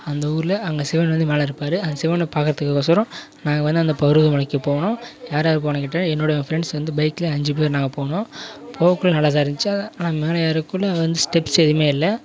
அந்த ஊரில் அங்கே சிவன் வந்து மேலே இருப்பார் அந்த சிவனை பார்க்குறதுக்கு ஓசரம் நாங்கள் வந்து அந்த பருவத மலைக்கு போனோம் யாரார் போனோம்னு கேட்டால் என்னோட என் ஃப்ரெண்ட்ஸ் வந்து பைக்கில் அஞ்சு பேர் நாங்கள் போனோம் போகக்குள்ளே நல்லாதான் இருந்துச்சு ஆனால் மேலே ஏறக்குள்ளே வந்து ஸ்டெப்ஸ் எதுவுமே இல்லை